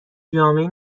جامعه